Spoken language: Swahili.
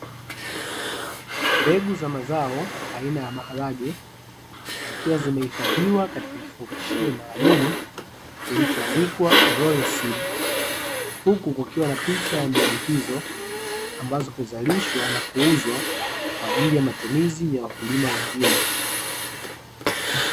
Mbegu za mazao aina ya maharage, zikiwa zimehifadhiwa katika kifungashio maalumu, kilichoandikwa Royal seed, huku kukiwa na picha ya mbegu hizo ambazo huzalishwa na kuuzwa, kwaajili ya matumizi ya wakulima wengine.